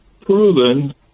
proven